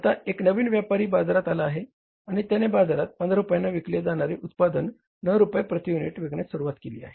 आता एक नवीन व्यापारी बाजारात आला आहे आणि त्याने बाजारात 15 रुपयांना विकले जाणारे उत्पादन 9 रूपये प्रति युनिट विकण्यास सुरवात केली आहे